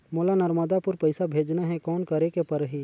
मोला नर्मदापुर पइसा भेजना हैं, कौन करेके परही?